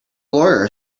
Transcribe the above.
lawyer